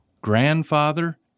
grandfather